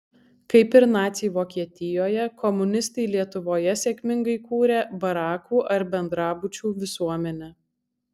kaip ir naciai vokietijoje komunistai lietuvoje sėkmingai kūrė barakų ar bendrabučių visuomenę